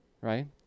right